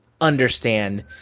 understand